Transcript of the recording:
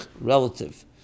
relative